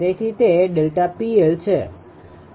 તેથી તે ΔPL છે